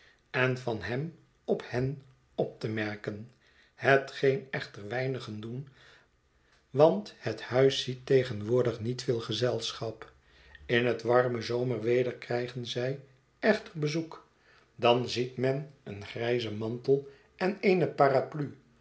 en van hem op hen op te merken hetgeen echter weinigen doen want het huis ziet tegenwoordig niet veel gezelschap in het warme zomerweder krijgen zij echter bezoek dan ziet men een grijzen mantel en eene paraplu